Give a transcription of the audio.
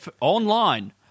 online